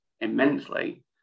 immensely